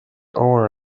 over